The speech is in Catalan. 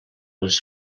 les